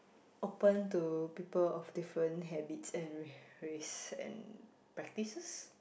open to people of different habits and race and practices